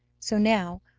so now,